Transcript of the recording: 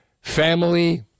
Family